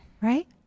Right